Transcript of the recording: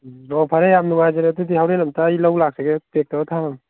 ꯎꯝ ꯑꯣ ꯐꯔꯦ ꯌꯥꯝ ꯅꯨꯡꯉꯥꯏꯖꯔꯦ ꯑꯗꯨꯗꯤ ꯍꯣꯔꯦꯟ ꯑꯝꯇ ꯑꯩ ꯂꯧꯕ ꯂꯥꯛꯆꯒꯦ ꯄꯦꯛ ꯇꯧꯔꯒ ꯊꯃꯝꯃꯨ